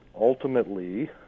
Ultimately